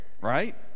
right